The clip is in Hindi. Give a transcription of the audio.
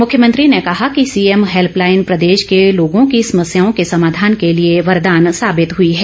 मुख्यमंत्री ने कहा कि सीएम हैल्पलाईन प्रदेश के लोगों की समस्याओं के समाधान के लिए वरदान साबित हुई है